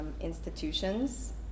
institutions